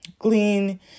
glean